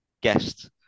guest